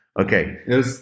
Okay